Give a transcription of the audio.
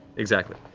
exactly,